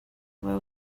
are